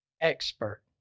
expert